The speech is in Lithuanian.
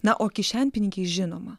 na o kišenpinigiai žinoma